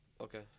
Okay